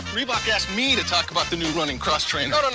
reebok asked me to talk about the new running cross-trainer no,